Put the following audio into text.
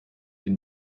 den